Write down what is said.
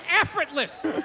effortless